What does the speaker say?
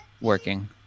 working